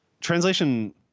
translation